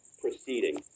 proceeding